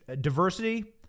diversity